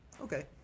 Okay